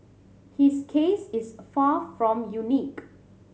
his case is far from unique